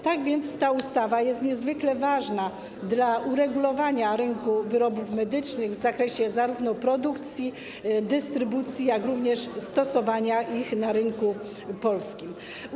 Tak więc ta ustawa jest niezwykle ważna dla uregulowania rynku wyrobów medycznych w zakresie zarówno produkcji, dystrybucji, jak również stosowania ich na polskim rynku.